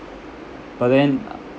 but then